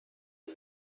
قصد